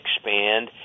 expand